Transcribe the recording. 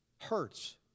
hurts